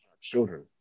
children